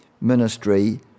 ministry